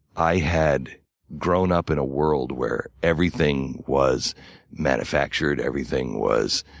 i had grown up in a world where everything was manufactured, everything was